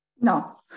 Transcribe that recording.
No